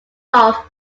off